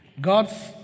God's